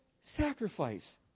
sacrifice